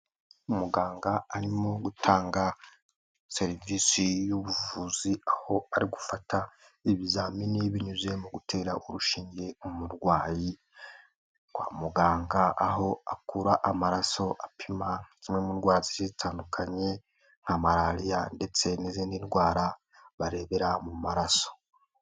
Umuganga arimo gutanga serivisi y'ubuvuzi, aho ari gufata ibizamini binyuze mu gutera urushinge umurwayi kwa muganga, aho akura amaraso apima zimwe mu ndwara zitandukanye nka malariya, ndetse n'izindi ndwara barebera mu maraso.